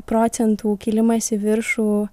procentų kilimas į viršų